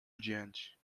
diante